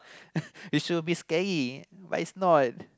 it should be scary but it's not